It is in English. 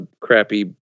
crappy